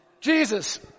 Jesus